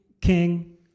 King